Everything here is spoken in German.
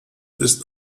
ist